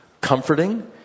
comforting